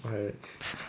okay